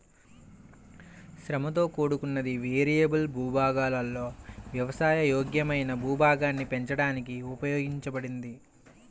శ్రమతో కూడుకున్నది, వేరియబుల్ భూభాగాలలో వ్యవసాయ యోగ్యమైన భూభాగాన్ని పెంచడానికి ఉపయోగించబడింది